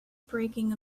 breaking